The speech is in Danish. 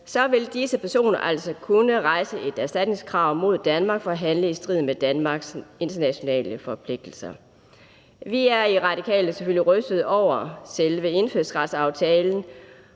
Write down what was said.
Disse personer vil altså kunne rejse et erstatningskrav mod Danmark for at handle i strid med Danmarks internationale forpligtelser. Vi er i Radikale Venstre selvfølgelig rystet over selve indfødsretsaftalen,